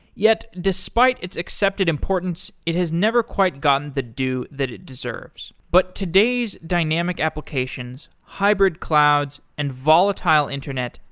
yet, despite its accepted importance, it has never quite gotten the due that it deserves. but today's dynamic applications, hybrid clouds and volatile internet,